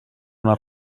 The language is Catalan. una